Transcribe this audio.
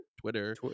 Twitter